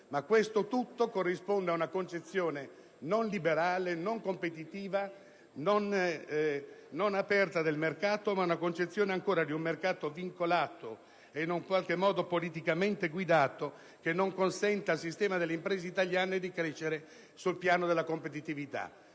ma questo "tutto" corrisponde ad una concezione non liberale, non competitiva, non aperta del mercato, ma a quella di un mercato vincolato e in qualche modo politicamente guidato, che non consente al sistema delle imprese italiane di crescere sul piano della competitività.